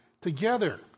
together